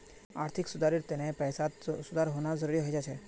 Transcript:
आर्थिक विकासेर तने पैसात सुधार होना जरुरी हय जा छे